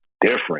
different